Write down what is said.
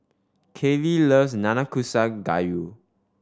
Kailey loves Nanakusa Gayu